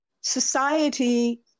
society